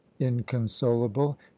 inconsolable